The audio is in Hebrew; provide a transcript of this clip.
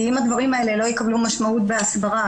כי אם הדברים האלה לא יקבלו משמעות בהסברה,